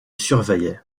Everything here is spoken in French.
surveillait